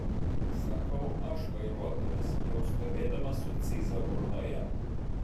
sakau aš vairuotojas jau stovėdamas su cyza burnoje